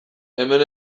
hemen